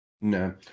No